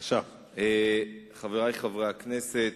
חברי חברי הכנסת,